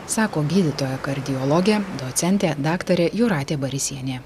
sako gydytoja kardiologė docentė daktarė jūratė barysienė